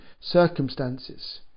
circumstances